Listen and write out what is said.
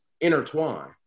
intertwine